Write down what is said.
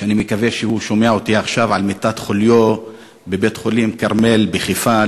ואני מקווה שהוא שומע אותי עכשיו במיטת חוליו בבית-החולים "כרמל" בחיפה,